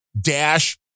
dash